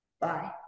Bye